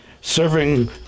Serving